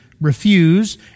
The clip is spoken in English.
refuse